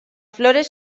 flores